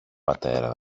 πατέρα